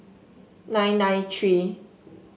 nine nine three